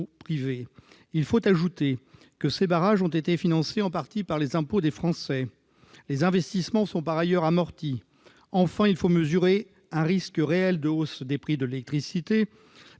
Il faut ajouter que ces barrages ont été financés en partie par les impôts des Français. Les investissements sont par ailleurs amortis. Enfin, il existe un risque réel de hausse des prix de l'électricité